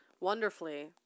wonderfully